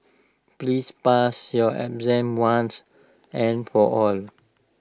please pass your exam once and for all